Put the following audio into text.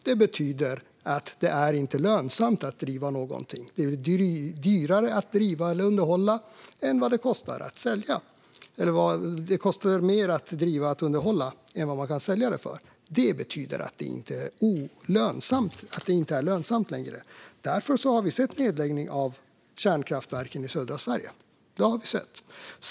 Det betyder att det inte är lönsamt att driva någonting. Det kostar mer att driva och underhålla något än vad man kan sälja det för, och det betyder att det inte är lönsamt längre. Därför har vi sett nedläggning av kärnkraftverk i södra Sverige.